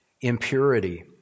impurity